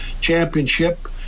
championship